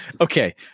Okay